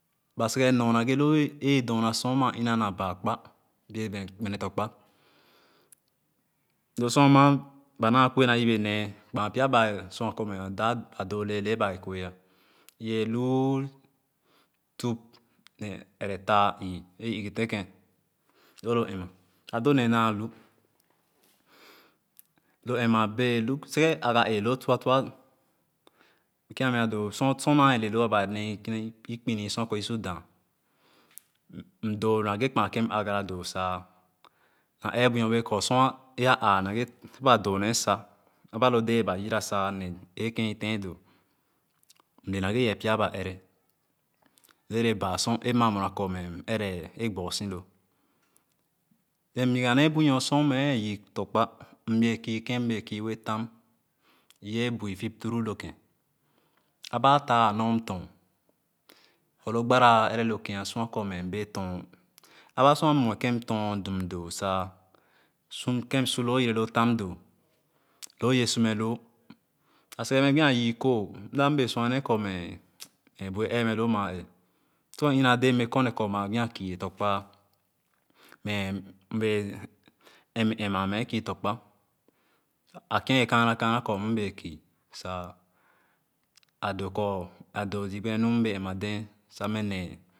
Ba seh nee kèn nor nage loo dorna sor maa ina naa baa kpa bee dem gbene fɔ̃kpa lo sor ama ba naa kue na yebe nee kpaa pya ba sua kor a dap doo leelee ma ba wee kue yeeh lu tup-ne-eretaa ü enghen tenkẽ loolo em-ma a doonee naa lu lo em-ma bee lu sen-kèn aga ẽẽ loo tua-tua kèn a meah doolo sorsor naa wee le loo bane kwene ikpirii-sor kor isor dah m doo nage kpaa kèn ne agara doo sa na eebu norbe kor aa nage sor ba doo nee sa aba lo dee ba yira sa nenee sa ẽẽ kin i teb do mle nage yeeb pya ba ere ere yiba sor ee maa mue korme ere a gborso lo ee nyigea nee bunɔɔ sor me yii tɔ̃kpa mbee kii ken mbee kii wee tam iwee bui fip-tuki aba taah anor m torn me lo gbara a ere lokèn sua kor nebee form aba sor a mue ken torn dum sa kèn torn dum sa kèn su loo yere loo tam doo looye su me loo a sen-ghe me gbi a yiikooh m daa m bee sua nee korme me bui ẽẽ me loo maa eeh sor a ina dee yi korne maa gbi a kii tɔ̃kpa me m bee em-ema me kii tɔ̃kpa a kien ye kaana kaana kor m bee kii sa a doo kor a doo zii gbenenu mbee em-ma dẽẽ sa me ne.